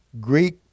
Greek